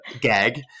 gag